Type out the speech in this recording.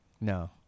No